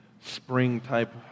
spring-type